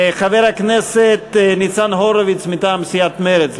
חבר הכנסת ניצן הורוביץ מטעם סיעת מרצ,